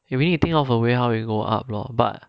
we need think of a way how to grow up lor but